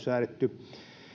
säädetty